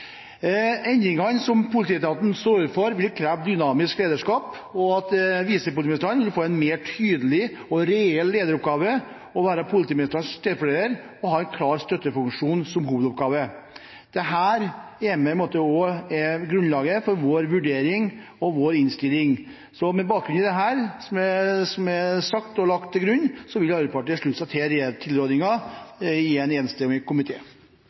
Endringene som politietaten står overfor, vil kreve dynamisk lederskap, og visepolitimesterne vil få en tydeligere og mer reell lederoppgave, og vil være politimesterens stedfortreder og ha en klar støttefunksjon som hovedoppgave. Dette er grunnlaget for vår vurdering og vår innstilling. Så med bakgrunn i det som er sagt og lagt til grunn, vil Arbeiderpartiet slutte seg til tilrådingen fra en enstemmig